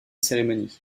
cérémonie